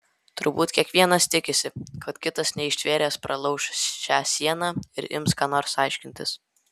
turbūt kiekvienas tikisi kad kitas neištvėręs pralauš šią sieną ir ims ką nors aiškintis